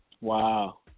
Wow